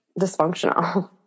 dysfunctional